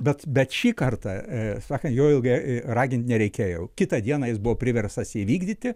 bet bet šį kartą sakant jo ilgai ragint nereikėjo kitą dieną jis buvo priverstas įvykdyti